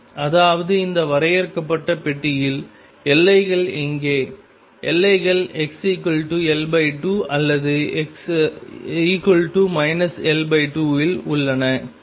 அதாவது இந்த வரையறுக்கப்பட்ட பெட்டியில் எல்லைகள் எங்கே எல்லைகள் xL2 அல்லது L2இல் உள்ளன